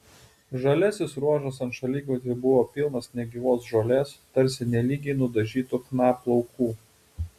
žaliasis ruožas ant šaligatvių buvo pilnas negyvos žolės tarsi nelygiai nudažytų chna plaukų